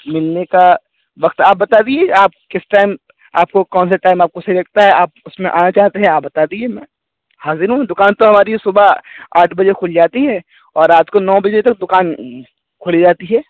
ملنے کا وقت آپ بتا دیجیے آپ کس ٹائم آپ کو کون سا ٹائم آپ کو صحیح لگتا ہے آپ اس میں آنا جاتے ہیں آپ بتا دیجیے میں حاضر ہوں دکان تو ہماری صبح آٹھ بجے کھل جاتی ہے اور رات کو نو بجے تک دکان کھلی رہتی ہے